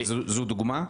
זו דוגמה?